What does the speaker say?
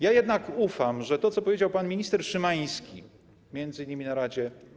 Jednak ufam, że to, co powiedział pan minister Szymański, m.in. w Radzie.